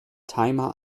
timer